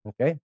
Okay